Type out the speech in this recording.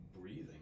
breathing